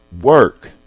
work